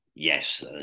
Yes